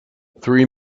three